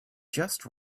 just